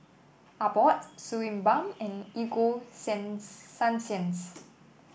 Abbott Suu Balm and Ego Sen Sunsense